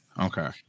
Okay